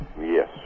Yes